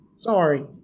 Sorry